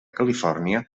califòrnia